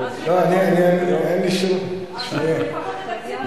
אז שלפחות התקציב הזה,